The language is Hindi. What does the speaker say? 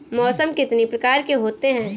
मौसम कितनी प्रकार के होते हैं?